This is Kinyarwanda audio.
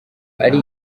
ari